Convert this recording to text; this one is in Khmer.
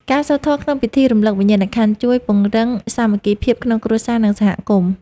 ការសូត្រធម៌ក្នុងពិធីរំលឹកវិញ្ញាណក្ខន្ធ ជួយពង្រឹងសាមគ្គីភាពក្នុងគ្រួសារ និងសហគមន៍។